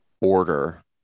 order